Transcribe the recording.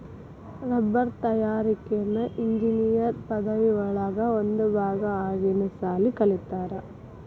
ರಬ್ಬರ ತಯಾರಿಕೆನ ಇಂಜಿನಿಯರ್ ಪದವಿ ಒಳಗ ಒಂದ ಭಾಗಾ ಆಗಿನು ಸಾಲಿ ಕಲಿತಾರ